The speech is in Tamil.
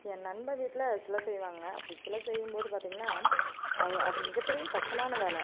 என் நண்பன் வீட்டில் சில செய்வாங்க அப்படி சிலை செய்யும்போது பார்த்தீங்கன்னா அது அது மிகப்பெரிய கஷ்டமான வேலை